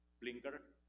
blinker